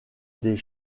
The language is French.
des